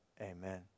amen